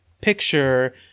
picture